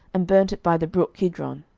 and burnt it by the brook kidron.